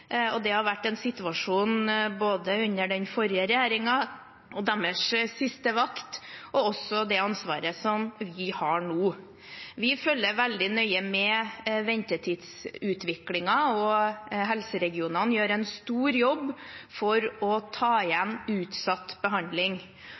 og det har vært en situasjon både under den forrige regjeringen, på deres siste vakt, og det er også et ansvar vi har nå. Vi følger veldig nøye med ventetidsutviklingen. Helseregionene gjør en stor jobb for å ta igjen